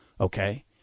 okay